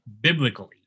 biblically